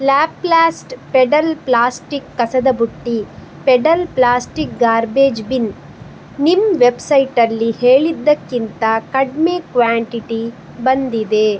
ಲಾಪ್ಲಾಸ್ಟ್ pedal plastic ಕಸದ ಬುಟ್ಟಿ pedal plastic garbage bin ನಿಮ್ಮ ವೆಬ್ಸೈಟಲ್ಲಿ ಹೇಳಿದ್ದಕ್ಕಿಂತ ಕಡಿಮೆ ಕ್ವಾಂಟಿಟಿ ಬಂದಿದೆ